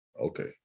Okay